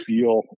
feel